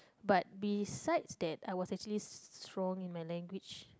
but besides that I was actually strong in my language